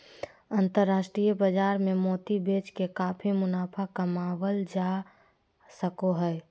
अन्तराष्ट्रिय बाजार मे मोती बेच के काफी मुनाफा कमावल जा सको हय